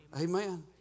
Amen